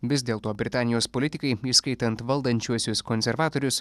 vis dėlto britanijos politikai įskaitant valdančiuosius konservatorius